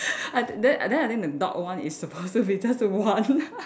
I then then I think the dog one is supposed to be just one